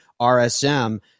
RSM